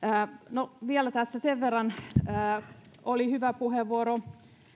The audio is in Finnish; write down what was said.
no vielä tässä sen verran että oli hyvä puheenvuoro